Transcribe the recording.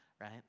right